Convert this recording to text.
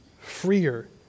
freer